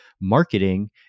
marketing